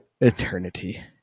eternity